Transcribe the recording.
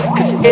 Cause